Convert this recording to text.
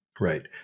Right